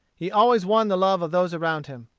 he always won the love of those around him.